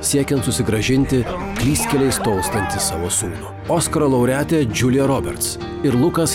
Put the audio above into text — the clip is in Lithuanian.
siekiant susigrąžinti klystkeliais tolstantį savo sūnų oskaro laureatė džiulija roberts ir lukas